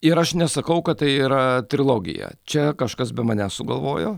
ir aš nesakau kad tai yra trilogija čia kažkas be manęs sugalvojo